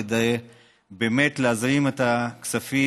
כדי באמת להזרים את הכספים,